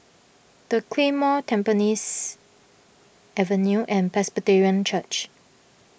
the Claymore Tampines Avenue and Presbyterian Church